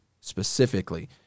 specifically